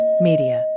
Media